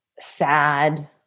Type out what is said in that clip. sad